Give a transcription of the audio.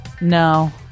No